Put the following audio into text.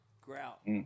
Grout